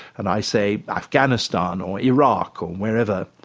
and i say, afghanistan, or iraq, or wherever.